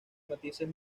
matices